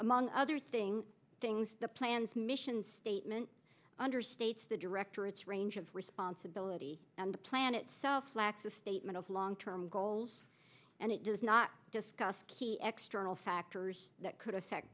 among other things things the plans mission statement understates the directorates range of responsibility and the plan itself lacks a statement of long term goals and it does not discuss key extraneous factors that could affect